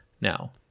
now